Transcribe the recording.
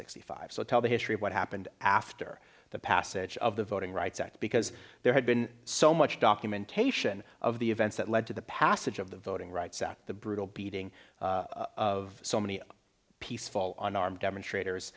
sixty five so tell the history of what happened after the passage of the voting rights act because there had been so much documentation of the events that led to the passage of the voting rights act the brutal beating of so many peaceful on armed demonstrators